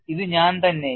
ഇത് ഞാൻ തന്നെ എ